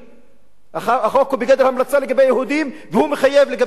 החוק הוא בגדר המלצה לגבי יהודים והוא מחייב לגבי האזרחים הערבים?